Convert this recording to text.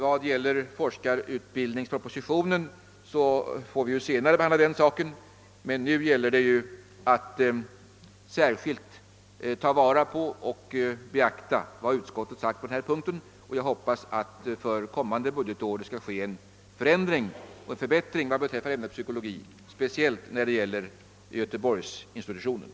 Vad som anförs i forskarutbildningspropositionen får vi senare tillfälle att behandla, men det gäller nu att särskilt beakta vad utskottet anfört på denna punkt. Jag hoppas att det för nästa budgetår skall inträffa en förbättring av förhållandena beträffande ämnet psykologi, speciellt i vad avser institutionen vid Göteborgs universitet.